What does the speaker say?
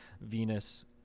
Venus